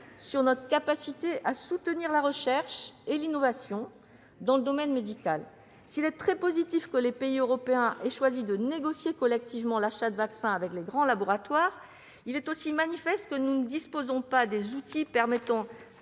sur notre capacité à soutenir la recherche et l'innovation dans le domaine médical. S'il est tout à fait positif que les pays européens aient choisi de négocier collectivement l'achat de vaccins avec les grands laboratoires, il est aussi manifeste que nous ne disposons pas des outils permettant